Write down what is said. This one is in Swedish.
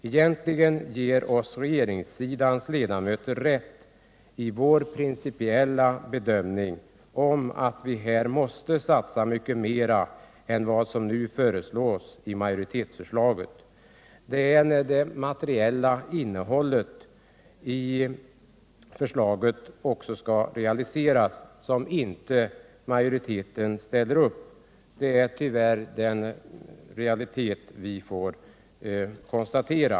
Egentligen ger oss regeringssidans ledamöter rätt i vår principiella bedömning att vi måste satsa mycket mera än vad som nu föreslås i majoritetens hemställan. Det är när det materiella innehållet i förslaget skall realiseras som majoriteten inte ställer upp. Det är tyvärr den realitet vi får konstatera.